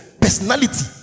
personality